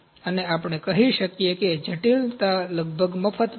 અને આપણે કહી શકીએ કે જટિલતા લગભગ મફતમાં છે